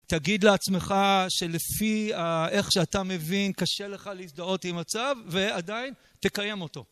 תגיד לעצמך שלפי..ה.. איך שאתה מבין קשה לך להזדהות עם הצו ועדיין תקיים אותו.